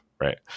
Right